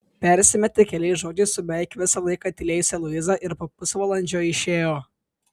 persimetė keliais žodžiais su beveik visą laiką tylėjusia luiza ir po pusvalandžio išėjo